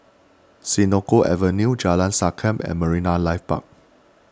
Senoko Avenue Jalan Sankam and Marine Life Park